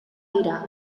dira